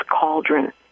cauldron